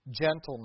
gentleness